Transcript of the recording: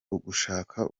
ugushaka